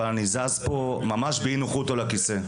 אבל אני זז פה ממש באי-נוחות על הכיסא,